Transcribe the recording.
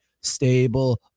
stable